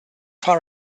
far